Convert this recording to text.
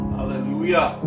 Hallelujah